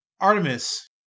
Artemis